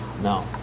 no